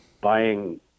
buying